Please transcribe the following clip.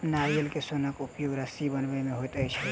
नारियल के सोनक उपयोग रस्सी बनबय मे होइत छै